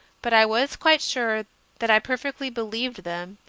but i was quite sure that i per fectly believed them,